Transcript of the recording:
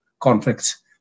conflicts